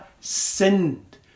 sinned